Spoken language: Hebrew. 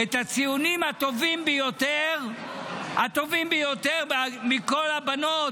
את הציונים הטובים ביותר מכל הבנות